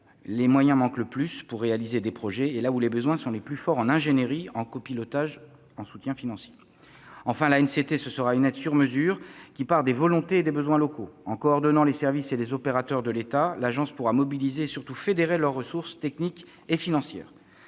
les moyens manquent le plus pour réaliser des projets et où les besoins en ingénierie, en copilotage, en soutien financier sont les plus forts. Enfin, l'ANCT apportera une aide sur mesure, en partant des volontés et des besoins locaux. En coordonnant les services et les opérateurs de l'État, l'agence pourra mobiliser et, surtout, fédérer leurs ressources techniques et financières.